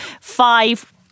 five